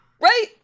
Right